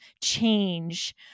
change